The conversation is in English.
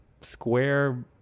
square